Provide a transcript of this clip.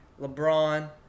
LeBron